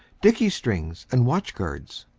dickey-strings and watch-guards,